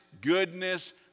goodness